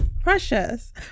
Precious